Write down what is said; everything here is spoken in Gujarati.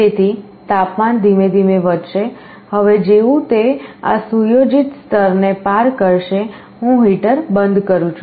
તેથી તાપમાન ધીમે ધીમે વધશે હવે જેવું તે આ સુયોજિત સ્તરને પાર કરશે હું હીટર બંધ કરું છું